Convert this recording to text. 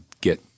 get